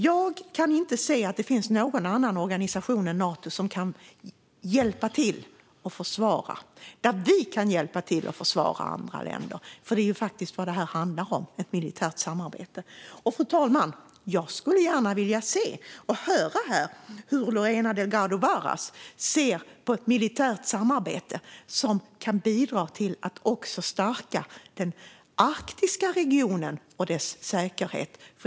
Jag kan inte se att det finns någon annan organisation än Nato som kan hjälpa till och försvara andra länder och där vi kan hjälpa till att försvara andra länder. Det är faktiskt det som detta handlar om, ett militärt samarbete. Fru talman! Jag skulle gärna vilja se och höra hur Lorena Delgado Varas ser på ett militärt samarbete som kan bidra till att också stärka den arktiska regionen och dess säkerhet.